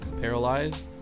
paralyzed